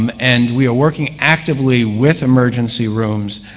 um and we are working actively with emergency rooms,